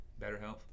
BetterHelp